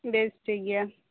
ᱵᱮᱥ ᱴᱷᱤᱠ ᱜᱮᱭᱟ